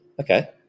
okay